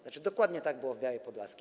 Znaczy, dokładnie tak było w Białej Podlaskiej.